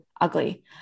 ugly